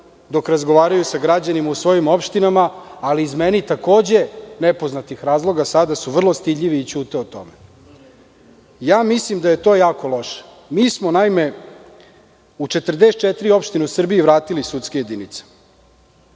dok razgovaraju sa građanima u svojim opštinama, ali, iz meni takođe nepoznatih razloga, sada su vrlo stidljivi i ćute o tome. Mislim da je to jako loše. Mi smo u 44 opštine u Srbiji vratili sudske jedinice. Inače,